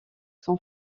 son